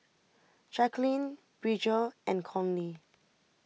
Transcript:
Jacqueline Bridger and Conley